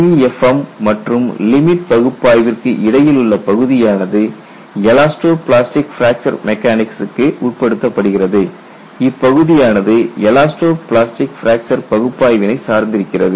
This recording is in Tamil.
LEFM மற்றும் லிமிட் பகுப்பாய்விற்கு இடையில் உள்ள பகுதியானது எலாஸ்டோ பிளாஸ்டிக் பிராக்சர் மெக்கானிக்ஸ்க்கு உட்படுத்தப்படுகிறது இப்பகுதியானது எலாஸ்டோ பிளாஸ்டிக் பிராக்சர் பகுப்பாய்வினை சார்ந்திருக்கிறது